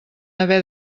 haver